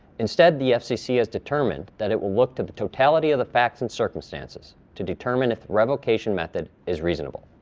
instead, the fcc has determined that it will look to the totality of the facts and circumstances to determine if the revocation method is reasonable.